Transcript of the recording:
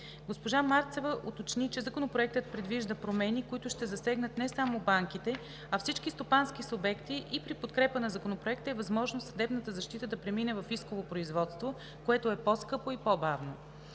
Госпожа Марцева уточни, че Законопроектът предвижда промени, които ще засегнат не само банките, а всички стопански субекти и при подкрепа на Законопроекта е възможно съдебната защита да премине в исково производство, което е по-скъпо и по-бавно.